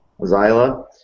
Zyla